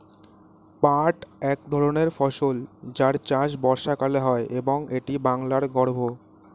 পাট এক ধরনের ফসল যার চাষ বর্ষাকালে হয় এবং এটি বাংলার গর্ব